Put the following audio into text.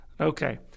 Okay